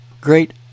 great